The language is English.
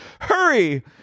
Hurry